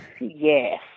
Yes